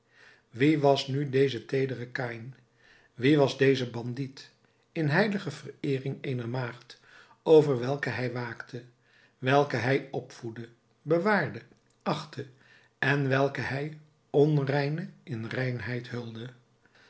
wie was nu deze teedere kaïn wie was deze bandiet in heilige vereering eener maagd over welke hij waakte welke hij opvoedde bewaarde achtte en welke hij onreine in reinheid hulde